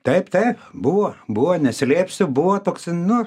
taip taip buvo buvo neslėpsiu buvo toksai nu